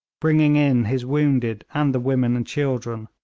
bringing in his wounded and the women and children.